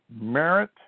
merit